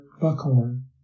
Buckhorn